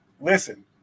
Listen